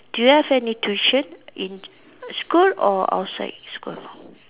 do you have any tuition in school or outside school